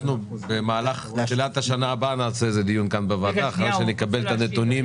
בתחילת השנה הבאה נעשה דיון כאן בוועדה אחרי שנקבל את הנתונים